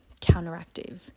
counteractive